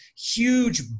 huge